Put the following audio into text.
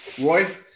Roy